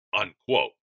Unquote